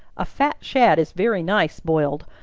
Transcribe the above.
a fat shad is very nice boiled,